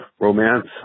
romance